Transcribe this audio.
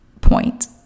point